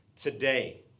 Today